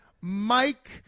Mike